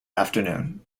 afternoon